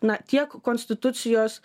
na tiek konstitucijos